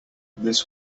this